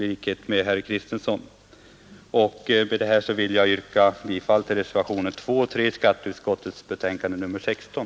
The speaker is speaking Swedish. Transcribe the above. Med detta, herr talman, ber jag att få yrka bifall till reservationerna 2 och 3 i skatteutskottets betänkande nr 16.